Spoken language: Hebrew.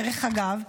דרך אגב,